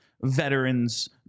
veterans